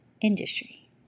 industry